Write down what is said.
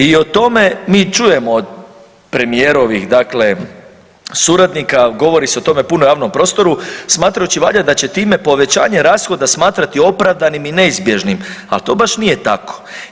I o tome mi čujemo od premijerovih suradnika, govori se o tome puno u javnom prostoru smatrajući valjda da će time povećanje rashoda smatrati opravdanim i neizbježnim, al to baš nije tako.